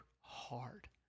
hard